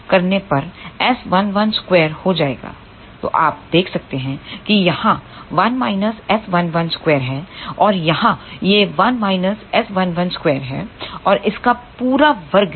तो आप देख सकते हैं कि यहाँ 1 S112हैऔर यहाँ यह 1 S112हैऔर इसका का पूरा वर्ग है